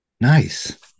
nice